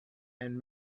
and